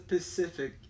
Pacific